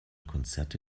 konzerte